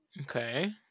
Okay